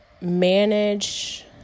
manage